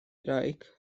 wraig